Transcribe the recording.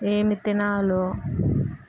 ఏమి తినాలో